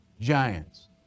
giants